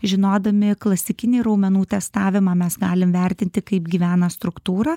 žinodami klasikinį raumenų testavimą mes galime vertinti kaip gyvena struktūra